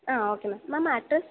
ah okay ma'am ma'am address